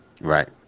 Right